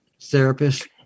therapist